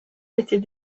était